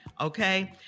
Okay